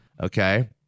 Okay